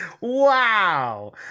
wow